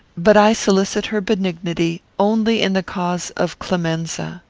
but i solicit her benignity only in the cause of clemenza.